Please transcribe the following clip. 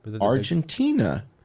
Argentina